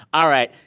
all right,